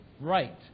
right